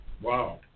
Wow